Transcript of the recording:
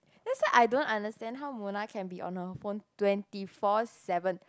let's say I don't understand how Mona can be on her phone twenty four seven